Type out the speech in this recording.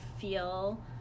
feel